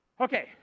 Okay